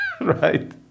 right